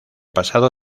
pasado